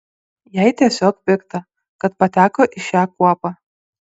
jai tiesiog pikta kad pateko į šią kuopą